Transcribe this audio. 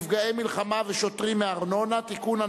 נפגעי מלחמה ושוטרים מארנונה) (תיקון,